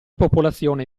popolazione